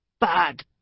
Bad